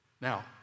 Now